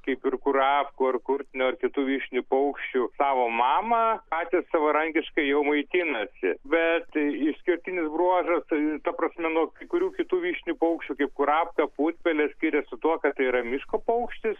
kaip ir kurapkų ar kurtinio ar kitų vyšnių paukščių savo mamą patys savarankiškai jau maitinasi bet išskirtinis bruožas ta prasme nuo kai kurių kitų vištinių paukščių kaip kurapka putpelė skiriasi tuo kad yra miško paukštis